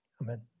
Amen